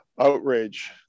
outrage